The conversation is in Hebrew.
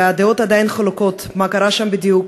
והדעות עדיין חלוקות: מה קרה שם בדיוק?